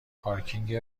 پارکینگ